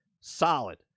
solid